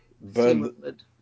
burned